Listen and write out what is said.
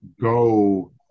Go